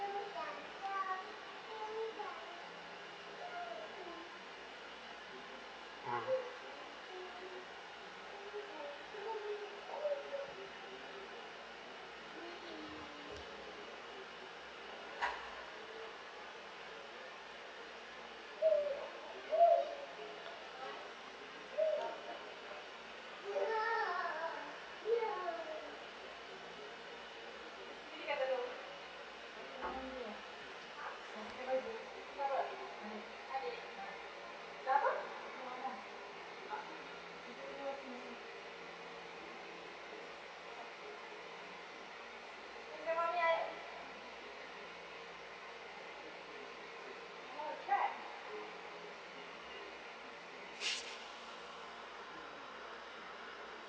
mm